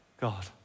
God